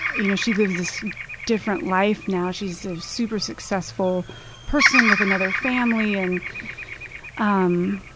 you know she lives this different life now, she's a super successful person with another family. and um